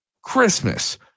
Christmas